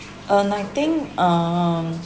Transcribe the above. and I think um